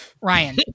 Ryan